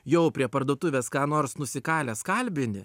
jau prie parduotuvės ką nors nusikalęs kalbini